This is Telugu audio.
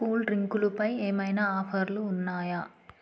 కూల్ డ్రింకులపై ఏమైనా ఆఫర్లు ఉన్నాయా